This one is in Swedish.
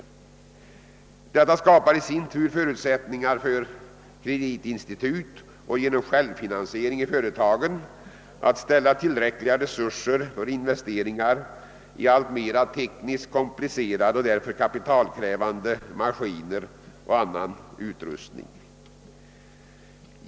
Detta skapar förutsättningar för kreditinstitut och möjligheter för företagen att genom självfinansiering göra investeringar i tekniskt alltmer komplicerade och därför kapitalkrävande maskiner och annan utrustning.